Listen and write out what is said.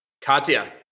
katya